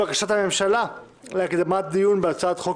בקשת הממשלה להקדמת הדיון בהצעת חוק